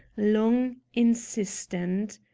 long, insistent.